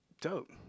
Dope